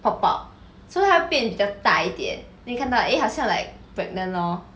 pop up so 他变比较大一点 then 你看到 eh 好像 like pregnant lor